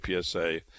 PSA